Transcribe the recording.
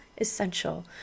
essential